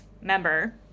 member